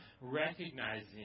recognizing